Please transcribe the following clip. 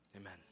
Amen